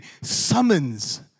summons